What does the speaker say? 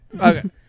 Okay